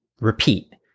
Repeat